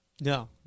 No